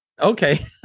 Okay